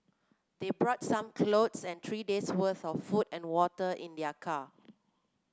they brought some clothes and three days worth of food and water in their car